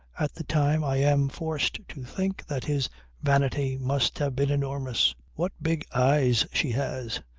at the time i am forced to think that his vanity must have been enormous. what big eyes she has,